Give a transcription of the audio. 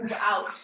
out